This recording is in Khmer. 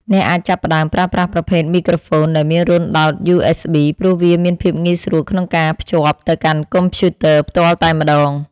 អ្នកអាចចាប់ផ្តើមប្រើប្រាស់ប្រភេទមីក្រូហ្វូនដែលមានរន្ធដោតយូអេសប៊ីព្រោះវាមានភាពងាយស្រួលក្នុងការភ្ជាប់ទៅកាន់កុំព្យូទ័រផ្ទាល់តែម្តង។